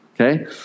okay